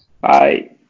Bye